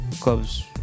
clubs